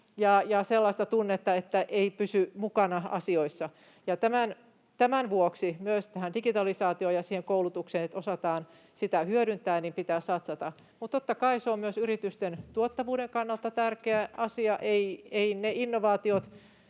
ja sellaista tunnetta, että ei pysy mukana asioissa, ja tämän vuoksi myös tähän digitalisaatioon ja siihen koulutukseen, että osataan sitä hyödyntää, pitää satsata. Mutta totta kai se on myös yritysten tuottavuuden kannalta tärkeä asia. Ei ne innovaatiot